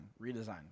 redesign